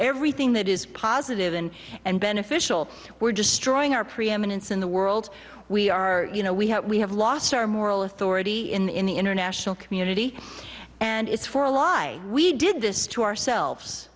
everything that is positive in and beneficial we're destroying our preeminence in the world we are you know we have we have lost our moral authority in the international community and it's for a lie we did this to ourselves